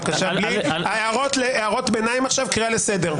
שייתן הערות ביניים מעכשיו אני קורא לסדר.